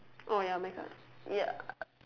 orh ya my card ya